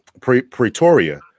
pretoria